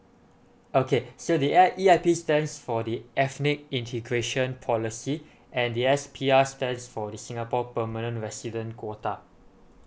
okay so the E E_I_P stands for the ethnic integration policy and the S_P_R stands for the singapore permanent resident quota